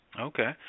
Okay